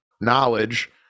knowledge